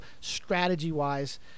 strategy-wise